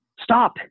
Stop